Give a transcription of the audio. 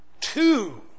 two